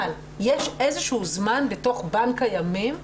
אבל יש איזשהו זמן בתוך בנק הימים,